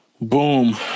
Boom